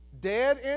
dead